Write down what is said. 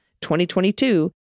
2022